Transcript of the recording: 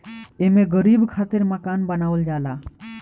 एमे गरीब खातिर मकान बनावल जाला